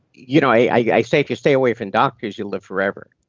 you know, i say if you stay away from doctors you'll live forever,